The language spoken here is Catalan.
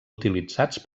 utilitzats